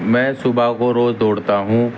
میں صبح کو روز دوڑتا ہوں